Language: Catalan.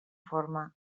forma